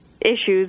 issues